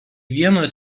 vienos